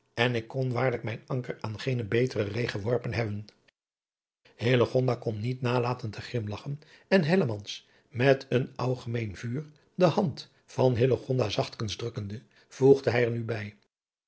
en ik kon waarlijk mijn anker aan geene betere ree geworpen hebben hillegonda kon niet nalaten te grimlagchen en hellemans met een ougemeen vuur de hand van hillegonda zachtkens drukkende voegde er nu bij